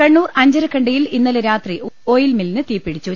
കണ്ണൂർ അഞ്ചരിക്കുണ്ടിയിൽ ഇന്നലെ രാതി ഓയിൽ മില്ലിന് തീപിടിച്ചു